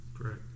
Correct